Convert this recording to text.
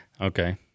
Okay